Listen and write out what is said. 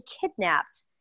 kidnapped